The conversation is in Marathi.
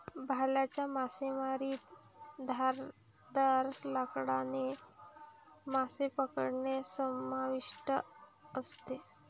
भाल्याच्या मासेमारीत धारदार लाकडाने मासे पकडणे समाविष्ट असते